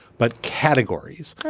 but categories,